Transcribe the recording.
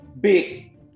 big